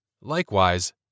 Likewise